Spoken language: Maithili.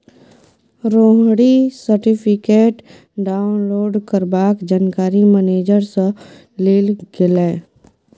रोहिणी सर्टिफिकेट डाउनलोड करबाक जानकारी मेनेजर सँ लेल गेलै